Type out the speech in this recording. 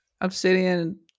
Obsidian